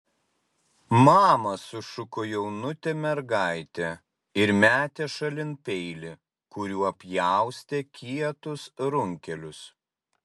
mama sušuko jaunutė mergaitė ir metė šalin peilį kuriuo pjaustė kietus runkelius